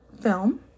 film